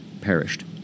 perished